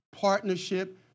partnership